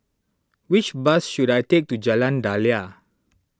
which bus should I take to Jalan Daliah